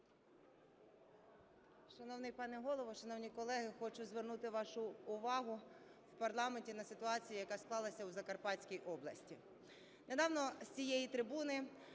Шановний пане Голово, шановні колеги, хочу звернути вашу увагу в парламенті на ситуацію, яка склалася в Закарпатській області.